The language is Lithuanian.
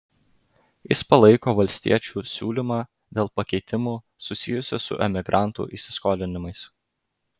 jis palaiko valstiečių siūlymą dėl pakeitimų susijusių su emigrantų įsiskolinimais